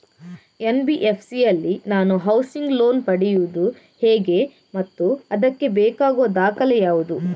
NBFC ಯಲ್ಲಿ ನಾನು housing loan ಪಡೆಯುದು ಹೇಗೆ ಮತ್ತು ಅದಕ್ಕೆ ಬೇಕಾಗುವ ದಾಖಲೆ ಯಾವುದು?